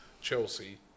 Chelsea